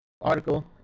article